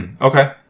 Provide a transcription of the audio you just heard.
okay